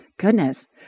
goodness